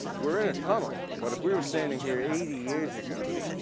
we're in a tunnel but if we were standing here eighty years ago,